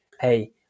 hey